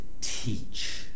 teach